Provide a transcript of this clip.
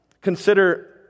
Consider